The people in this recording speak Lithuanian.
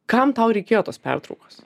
kam tau reikėjo tos pertraukos